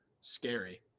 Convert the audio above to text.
scary